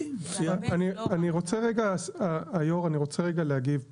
אני רוצה רגע להגיד היושב ראש.